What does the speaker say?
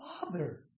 Father